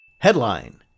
Headline